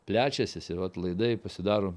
plečiasi jisai vat laidai pasidaro